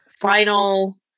final